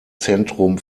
zentrum